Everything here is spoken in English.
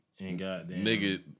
Nigga